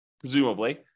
presumably